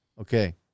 Okay